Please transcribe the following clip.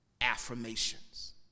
affirmations